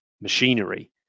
machinery